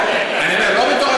לא, לא מתוך הקואליציה.